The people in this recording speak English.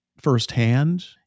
firsthand